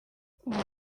ubu